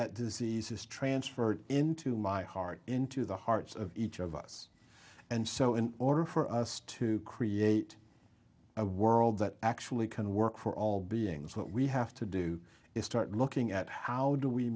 that disease is transferred into my heart into the hearts of each of us and so in order for us to create a world that actually can work for all beings what we have to do is start looking at how do we